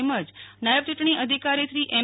તેમજ નાયબ યુંટણી અધિકારીશ્રી એમ